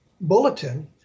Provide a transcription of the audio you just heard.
bulletin